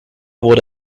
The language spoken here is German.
wurde